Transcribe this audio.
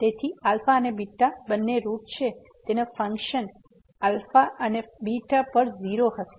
તેથી α અને β બંને રૂટ છે તેથી ફંક્શન અને પર ૦ હશે